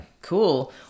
Cool